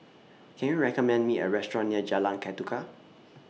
Can YOU recommend Me A Restaurant near Jalan Ketuka